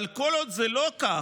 אבל כל עוד זה לא כך,